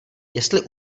jestli